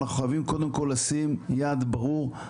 אנחנו חייבים קודם כל לשים יעד ברור.